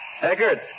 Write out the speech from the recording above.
Eckert